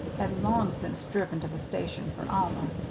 had long since driven to the station for alma.